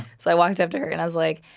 so i walked up to her, and i was like,